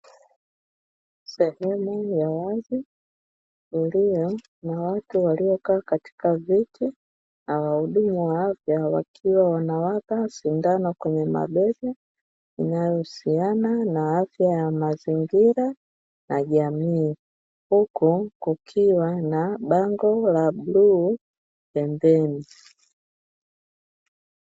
Sehemu ya wazi iliyo na watu waliokaa katika viti, na wahudumu wa afya wakiwa wanapawa sindano kwenye mabega, inayohusiana na afya ya mazingira na jamii, huku kukiwa na bango la bluu pembeni.